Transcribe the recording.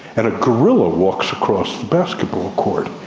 and a gorilla walks across the basketball court.